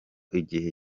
igihe